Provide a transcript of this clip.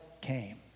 came